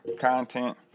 content